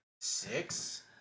Six